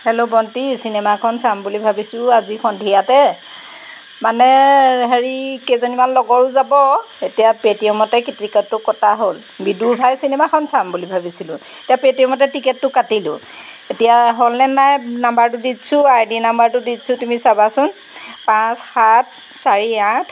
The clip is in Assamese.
হেল্ল' বন্তি চিনেমা এখন চাম বুলি ভাবিছোঁ আজি সন্ধিয়াতে মানে হেৰি কেইজনীমান লগৰো যাব এতিয়া পে'টিএমতে কিত টিকেটটো কটা হ'ল বিদুৰ ভাই চিনেমাখন চাম বুলি ভাবিছিলোঁ এতিয়া পে'টিএমতে টিকেটটো কাটিলোঁ এতিয়া হ'লনে নাই নাম্বাৰটো দি দিছোঁ আই ডি নাম্বাৰটো দি দিছোঁ তুমি চাবাচোন পাঁচ সাত চাৰি আঠ